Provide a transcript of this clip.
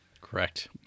Correct